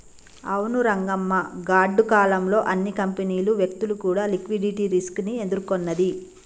అవును రంగమ్మ గాడ్డు కాలం లో అన్ని కంపెనీలు వ్యక్తులు కూడా లిక్విడిటీ రిస్క్ ని ఎదుర్కొన్నది